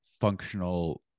functional